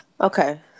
Okay